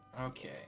Okay